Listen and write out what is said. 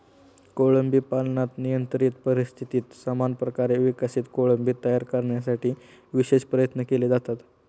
कोळंबी पालनात नियंत्रित परिस्थितीत समान प्रकारे विकसित कोळंबी तयार करण्यासाठी विशेष प्रयत्न केले जातात